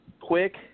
quick